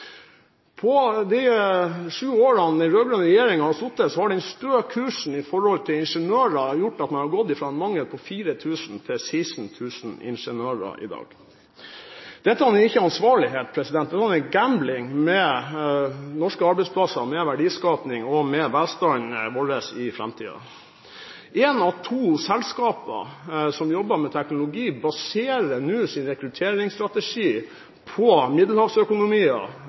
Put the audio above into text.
sju årene den rød-grønne regjeringen har sittet, har den støe kursen når det gjelder ingeniører, gjort at man har gått fra en mangel på 4 000 ingeniører til 16 000 i dag. Dette er ikke ansvarlighet, det er gambling med norske arbeidsplasser, med verdiskaping og med velstanden vår i framtiden. Ett av to selskaper som jobber med teknologi, baserer nå sin rekrutteringsstrategi på middelhavsøkonomier